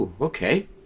Okay